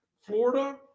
Florida